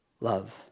love